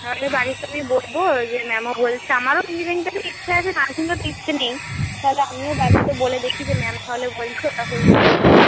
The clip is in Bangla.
তাহলে বাড়িতে আমি বলবো যে ম্যামও বলছে আমারও ইঞ্জিনিয়ারিংটারই ইচ্ছে আছে নার্সিংয়ে অতো ইচ্ছে নেই তাহলে আমিও বাড়িতে বলে দেখি যে ম্যাম তাহলে বলছে ওটা করলেই ভালো হবে